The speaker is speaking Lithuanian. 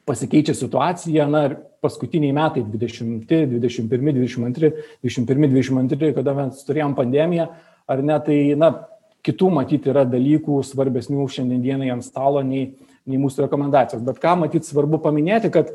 pasikeičia situacija na ir paskutiniai metai dvidešimti dvidešim pirmi dvidešim antri dvidešim pirmi dvidešim antri kada mes turėjom pandemiją ar ne tai na kitų matyt yra dalykų svarbesnių šiandien dienai ant stalo nei nei mūsų rekomendacijos bet ką matyt svarbu paminėti kad